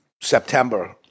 September